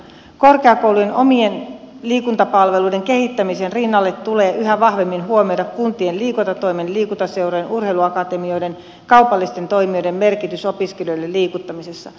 korkeakoulujen omien liikuntapalveluiden kehittämisen rinnalla tulee yhä vahvemmin huomioida kuntien liikuntatoimen liikuntaseurojen urheiluakatemioiden kaupallisten toimijoiden merkitys opiskelijoiden liikuttamisessa